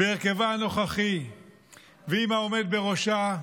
בהרכב הנוכחי ועם העומד בראשה,